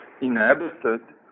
inhabited